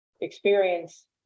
experience